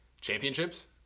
championships